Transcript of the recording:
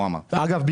אגב,